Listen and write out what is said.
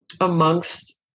amongst